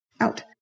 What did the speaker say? out